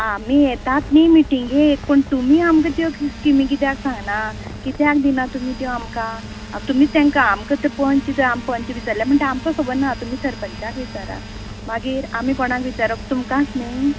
आमी येतात न्ही मिटींगेक पण तूमी पूण तुमी आमकां त्यो स्कीमी कित्याक सांगना कित्याक दिना त्यो आमकां तुमी तेंका आमकां त्यो पंच विच्चाल्ले म्हणटगीर आमकां खबर ना तुमी सरपंचाक विचारात मागीर आमी कोणाक विचारप तुमकांत न्ही